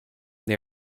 they